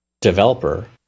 developer